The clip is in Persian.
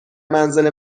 منزل